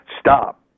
stop